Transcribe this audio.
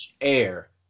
air